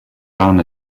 ran